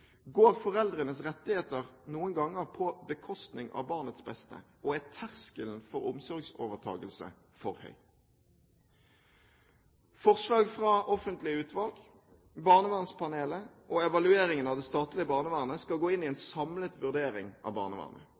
Går foreldrenes rettigheter noen ganger på bekostning av barnets beste, og er terskelen for omsorgsovertakelse for høy? Forslag fra offentlige utvalg, barnevernspanelet og evalueringen av det statlige barnevernet skal gå inn i en samlet vurdering av barnevernet.